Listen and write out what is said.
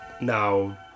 now